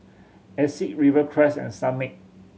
Asics Rivercrest and Sunmaid